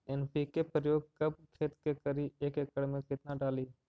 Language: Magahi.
एन.पी.के प्रयोग कब खेत मे करि एक एकड़ मे कितना डाली?